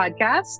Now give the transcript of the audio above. podcast